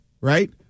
right